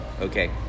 Okay